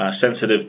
sensitive